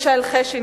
השופט מישאל חשין,